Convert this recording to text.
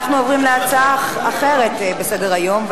אנחנו עוברים להצעה אחרת בסדר-היום,